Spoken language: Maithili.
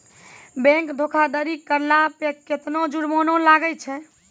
बैंक धोखाधड़ी करला पे केतना जुरमाना लागै छै?